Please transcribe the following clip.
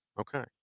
Okay